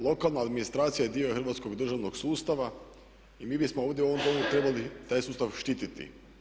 Lokalna administracija je dio hrvatskog državnog sustava i mi bismo ovdje u ovom Domu trebali taj sustav štititi.